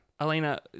Elena